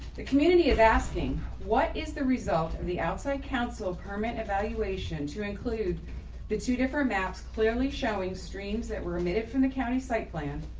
the community is asking what is the result of the outside council ah permit evaluation to include the two different maps clearly showing streets were emitted from the county site plan.